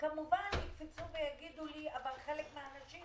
יקפצו ויגידו לי שחלק מהנשים